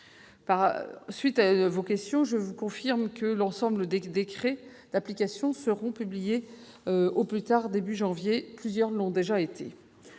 réponse à vos questions, je confirme que l'ensemble des décrets d'application seront publiés au plus tard début janvier ; plusieurs l'ont déjà été.